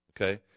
Okay